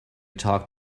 talk